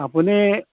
আপুনি